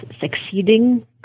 succeeding